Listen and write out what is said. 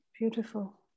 Beautiful